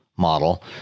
model